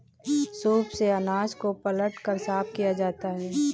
soup से अनाज को फटक कर साफ किया जाता है